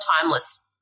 timeless